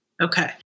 Okay